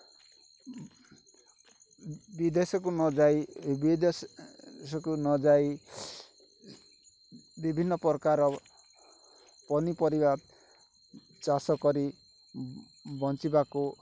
ବିଦେଶକୁ ନ ଯାଇ ବିଦେଶକୁ ନ ଯାଇ ବିଭିନ୍ନ ପ୍ରକାର ପନିପରିବା ଚାଷ କରି ବଞ୍ଚିବାକୁ